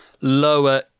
lower